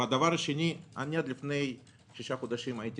והדבר השני אני עד לפני שישה חודשים הייתי